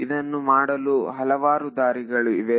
ಇದನ್ನು ಮಾಡಲು ಹಲವಾರು ದಾರಿಗಳು ಇವೆ